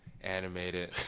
animated